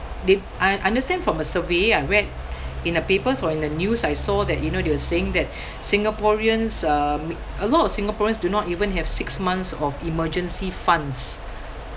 did I understand from a survey I read in the papers or in the news I saw that you know they were saying that singaporeans uh make a lot of singaporeans do not even have six months of emergency funds